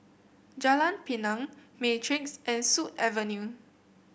Jalan Pinang Matrix and Sut Avenue